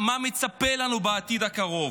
מה מצפה לנו בעתיד הקרוב.